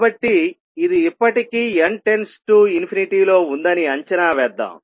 కాబట్టి ఇది ఇప్పటికీ n→ ∞ లో ఉందని అంచనా వేద్దాం